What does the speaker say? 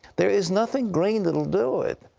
there is nothing green that will do it.